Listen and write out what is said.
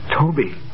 Toby